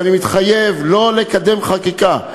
ואני מתחייב לא לקדם חקיקה,